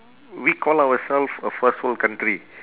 we call ourselves a first world country